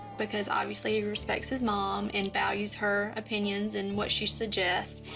because obviously he respects his mom, and values her opinions and what she suggests.